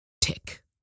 tick